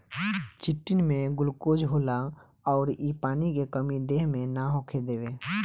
chitin में glucose होला अउर इ पानी के कमी देह मे ना होखे देवे